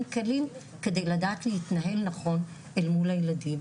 כלים כדי לדעת להתנהל נכון אל מול הילדים,